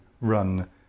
run